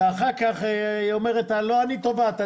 ואחר כך היא אומרת: לא אני תובעת,